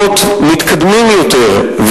להיות מתקדמים יותר,